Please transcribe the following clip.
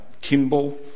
Kimball